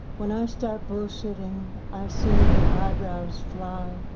when i start bullshitting, i see your eyebrows fly.